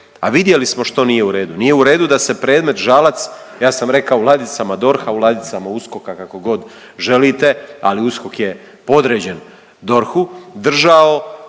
A vidjeli smo što nije u redu. Nije u redu da se predmet Žalac ja sam rekao u ladicama DORH-a, u ladicama USKOK-a kako god želite ali USKOK je podređen DORH-u držao,